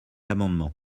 amendement